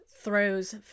throws